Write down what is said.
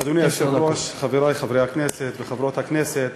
אדוני היושב-ראש, חברי חברי הכנסת וחברות הכנסת,